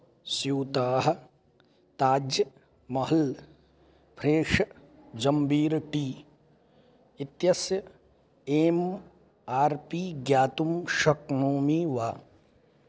स्यूताः ताज् महल् फ्रेश् जम्बीर् टी इत्यस्य एम् आर् पी ज्ञातुं शक्नोमि वा